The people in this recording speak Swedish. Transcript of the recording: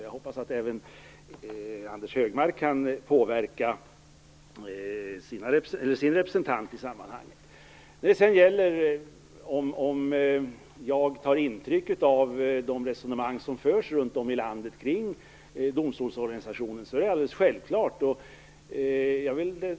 Jag hoppas att också Anders G Högmark kan påverka sin representant i sammanhanget. Han frågade om jag tar intryck av de resonemang som förs runtom i landet om domstolsorganisationen. Det är alldeles självklart.